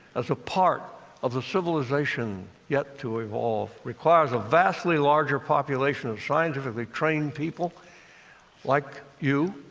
as a part of the civilization yet to evolve requires a vastly larger population of scientifically trained people like you.